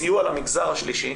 סיוע למגזר השלישי,